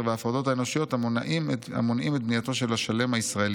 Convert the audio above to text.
וההפרדות האנושיות המונעים את בנייתו של השלם הישראלי.